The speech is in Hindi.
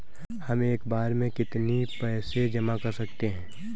हम एक बार में कितनी पैसे जमा कर सकते हैं?